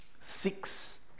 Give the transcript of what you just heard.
six